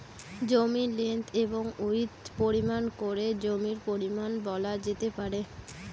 জমির লেন্থ এবং উইড্থ পরিমাপ করে জমির পরিমান বলা যেতে পারে